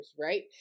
right